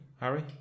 Harry